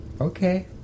Okay